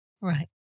Right